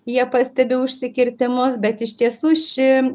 jie pastebi užsikirtimus bet iš tiesų ši